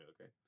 Okay